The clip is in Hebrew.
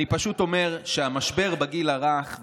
אני פשוט אומר שהמשבר בגיל הרך,